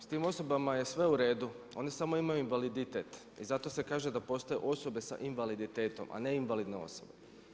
S tim osobama je sve uredu, oni samo imaju invaliditet i zato se kaže da postoje osobe sa invaliditetom a ne invalidne osobe.